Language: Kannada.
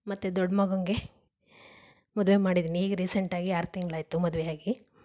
ಮತ್ತು ದೊಡ್ಡ ಮಗುಂಗೆ ಮದುವೆ ಮಾಡಿದೀನಿ ಈಗ ರೀಸೆಂಟಾಗಿ ಆರು ತಿಂಗಳಾಯ್ತು ಮದುವೆಯಾಗಿ